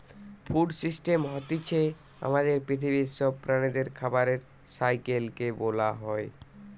food system হতিছে আমাদের পৃথিবীর সব প্রাণীদের খাবারের সাইকেল কে বোলা হয়